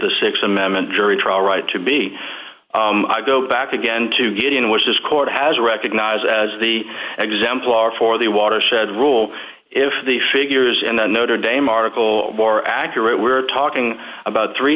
the six amendment jury trial right to be go back again to get in which this court has recognized as the exemplar for the watershed rule if the figures in the notre dame article more accurate we're talking about three